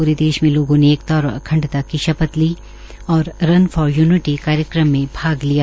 pray देश में लोगों ने एकता और अखंडता की शपथ ली और रन फार यूनिटी कार्यक्रम में भाग लिया